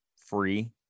free